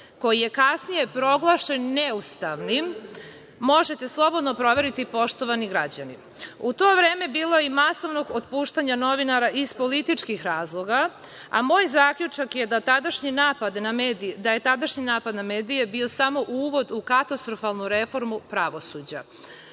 koji je kasnije proglašen neustavnim. Možete slobodno proveriti, poštovani građani.U to vreme bilo je i masovnog otpuštanja novinara iz političkih razloga, a moj zaključak je, da je tadašnji napad na medije, bio samo uvod u katastrofalnu reformu pravosuđa. Tada